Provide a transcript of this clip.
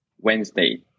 Wednesday